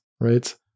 right